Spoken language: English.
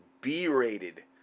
B-rated